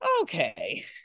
Okay